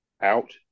out